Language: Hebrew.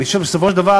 אני חושב שבסופו של דבר,